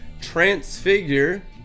transfigure